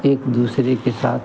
एक दूसरे के साथ